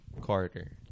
Carter